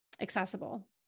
accessible